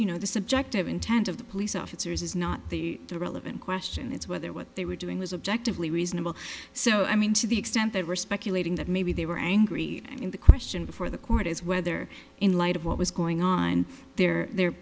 you know the subject of intent of the police officers is not the relevant question is whether what they were doing was objective lee reasonable so i mean to the extent that we're speculating that maybe they were angry and the question before the court is whether in light of what was going on there they're